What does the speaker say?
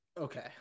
Okay